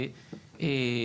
ראייה